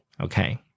Okay